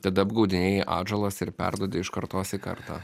tada apgaudinėji atžalas ir perduodi iš kartos į kartą